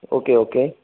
okay okay